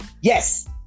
Yes